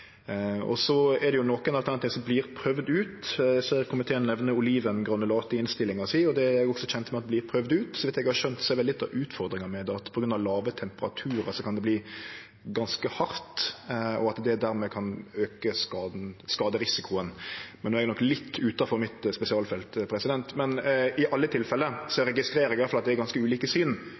Det er nokre alternativ som vert prøvde ut. Eg ser komiteen nemner olivengranulat i innstillinga si, og det er eg også kjent med vert prøvd ut. Så vidt eg har skjøna er litt av utfordringa med det at på grunn av lave temperaturar kan det verte ganske hardt, og at ein dermed kan auke skaderisikoen. Men no er eg nok litt utanfor mitt spesialfelt. I alle tilfelle registrerer eg at det er ganske ulike syn